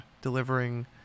delivering